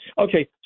Okay